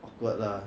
awkward lah